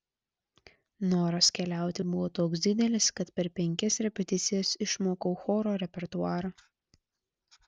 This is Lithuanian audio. noras keliauti buvo toks didelis kad per penkias repeticijas išmokau choro repertuarą